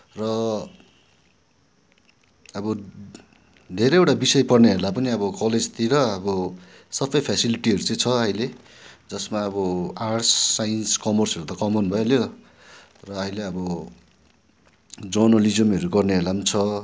र अब धेरैवटा विषय पढ्नेहरूलाई पनि अब कलेजतिर अब सबै फेसिलिटीहरू चाहिँ छ अहिले जसमा अब आर्ट्स साइन्स कमर्सहरू त कमन भइहाल्यो र अहिले अब जर्नलिजमहरू गर्नेहरूलाई पनि छ